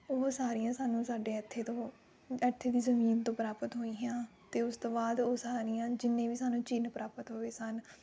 ਉਹ ਸਾਰੀਆਂ ਸਾਨੂੰ ਸਾਡੇ ਇੱਥੇ ਤੋਂ ਇੱਥੇ ਦੀ ਜ਼ਮੀਨ ਤੋਂ ਪ੍ਰਾਪਤ ਹੋਈਆਂ ਅਤੇ ਉਸ ਤੋਂ ਬਾਅਦ ਉਹ ਸਾਰੀਆਂ ਜਿੰਨੇ ਵੀ ਸਾਨੂੰ ਚਿੰਨ੍ਹ ਪ੍ਰਾਪਤ ਹੋਏ ਸਨ